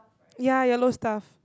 ya yellow stuff